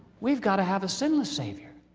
we've got to have a sinless savior.